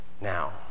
Now